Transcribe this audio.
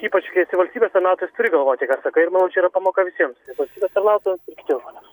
ypač kai esi valstybės tarnautojas turi galvoti ką sakai ir manau čia yra pamoka visiems valstybės tarnautojams ir kitiems žmonėms